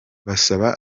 basaba